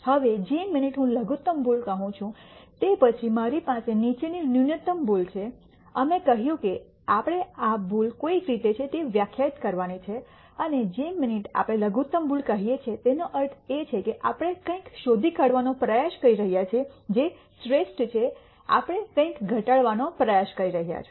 હવે જે મિનિટ હું લઘુત્તમ ભૂલ કહું છું તે પછી મારી પાસે નીચેની ન્યૂનતમ ભૂલ છે અમે કહ્યું કે આપણે આ ભૂલ કોઈક રીતે છે તે વ્યાખ્યાયિત કરવાની છે અને જે મિનિટ આપણે લઘુત્તમ ભૂલ કહીએ છીએ તેનો અર્થ એ છે કે આપણે કંઈક શોધી કાઢવાનો પ્રયાસ કરી રહ્યા છીએ જે શ્રેષ્ઠ છે આપણે કંઈક ઘટાડવાનો પ્રયાસ કરી રહ્યાં છે